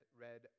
read